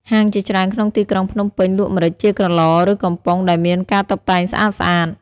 ហាងជាច្រើនក្នុងទីក្រុងភ្នំពេញលក់ម្រេចជាក្រឡ ឬ កំប៉ុងដែលមានការតុបតែងស្អាតៗ។